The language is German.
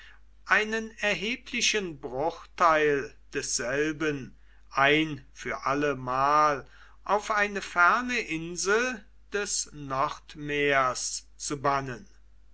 einen erheblichen bruchteil desselben ein für allemal auf eine ferne insel des nordmeers zu bannen